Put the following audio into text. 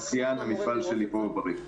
יחד עם משרד הבריאות